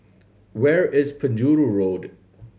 where is Penjuru Road